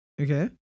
okay